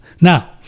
Now